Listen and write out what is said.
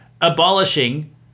abolishing